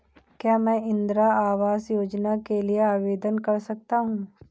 क्या मैं इंदिरा आवास योजना के लिए आवेदन कर सकता हूँ?